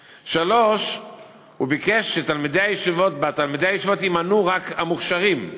3. הוא ביקש שבין תלמידי הישיבות יימנו רק המוכשרים.